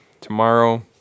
Tomorrow